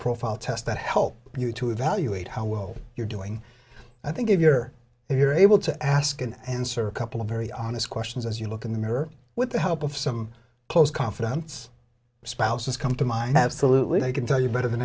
profile test that help you to evaluate how well you're doing i think if you're if you're able to ask and answer a couple of very honest questions as you look in the mirror with the help of some close confidence spouses come to mind absolutely they can tell you better than